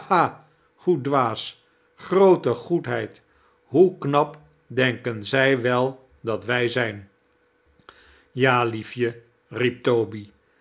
hoe dwaas groote goedheid hoe knap denken zij wel dat wij zijn ja liefje riep toby